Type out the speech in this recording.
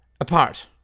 apart